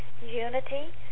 unity